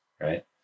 Right